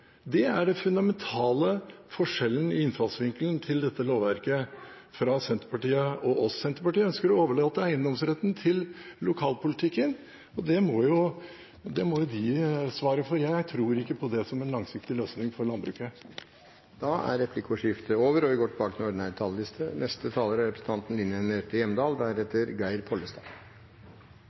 er den fundamentale forskjellen mellom Senterpartiet og oss i innfallsvinkelen til dette lovverket. Senterpartiet ønsker å overlate eiendomsretten til lokalpolitikken. Det må de svare for. Jeg tror ikke på det som en langsiktig løsning for landbruket. Replikkordskiftet er omme. Landbruket er viktig for Norge. Hver eneste dag produseres det mat av høy kvalitet. Landbruket er